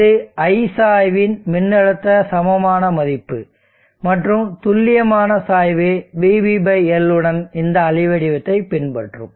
இது I சாய்வின் மின்னழுத்த சமமான மதிப்பு மற்றும் துல்லியமான சாய்வு vBL உடன் இந்த அலை வடிவத்தைப் பின்பற்றும்